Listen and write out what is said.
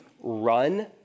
run